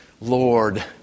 Lord